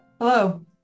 Hello